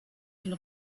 une